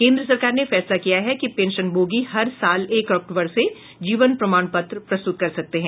केंद्र सरकार ने फैसला किया है कि ये पेंशनभोगी हर साल एक अक्टूबर से जीवन प्रमाण पत्र प्रस्तुत कर सकते हैं